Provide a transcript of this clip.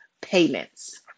payments